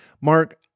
Mark